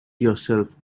yourself